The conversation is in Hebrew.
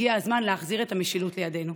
הגיע הזמן להחזיר את המשילות לידינו.